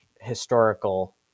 historical